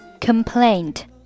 Complaint